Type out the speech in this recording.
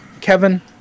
Kevin